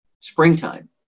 springtime